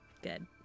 good